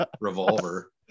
revolver